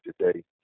today